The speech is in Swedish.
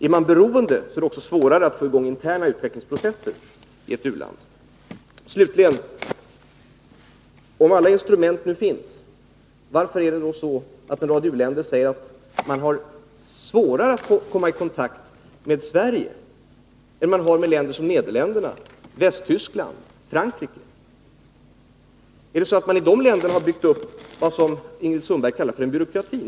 Är man beroende är det också svårare att få i gång interna utvecklingsprocesser i ett u-land. Slutligen: Om alla instrument nu finns, varför är det så att en rad u-länder säger att de har svårare att komma i kontakt med Sverige än att komma i kontakt med länder som Nederländerna, Västtyskland och Frankrike? Är det så att man i de länderna byggt upp vad Ingrid Sundberg kallar för en byråkrati?